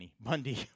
Bundy